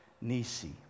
Nisi